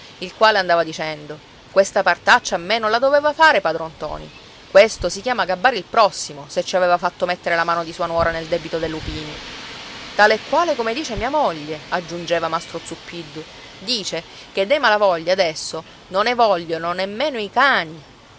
il quale andava dicendo questa partaccia a me non la doveva fare padron ntoni questo si chiama gabbare il prossimo se ci aveva fatto mettere la mano di sua nuora nel debito dei lupini tale e quale come dice mia moglie aggiungeva mastro zuppiddu dice che dei malavoglia adesso non ne vogliono nemmeno i cani